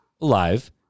alive